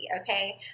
okay